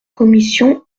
commission